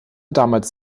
damals